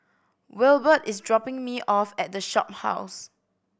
Wilbert is dropping me off at The Shophouse